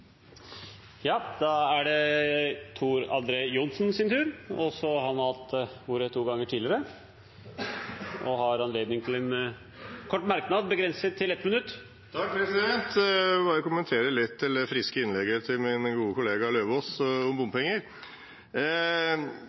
Johnsen har hatt ordet to ganger tidligere og får ordet til en kort merknad, begrenset til 1 minutt. Jeg vil bare komme med en kommentar til det litt friske innlegget til min gode kollega Lauvås om bompenger.